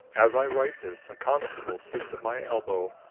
as i write this, a constable sits at my elbow,